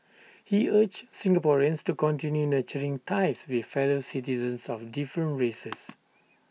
he urged Singaporeans to continue nurturing ties with fellow citizens of different races